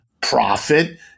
profit